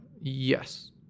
Yes